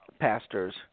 pastors